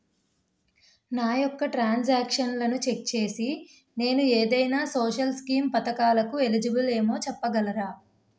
నా యెక్క ట్రాన్స్ ఆక్షన్లను చెక్ చేసి నేను ఏదైనా సోషల్ స్కీం పథకాలు కు ఎలిజిబుల్ ఏమో చెప్పగలరా?